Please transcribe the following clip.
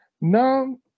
No